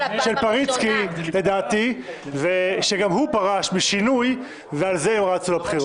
פריצקי שגם הוא פרש משינוי, ועל זה רצו לבחירות.